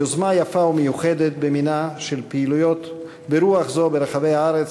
יוזמה יפה ומיוחדת במינה של פעילויות ברוח זו ברחבי הארץ,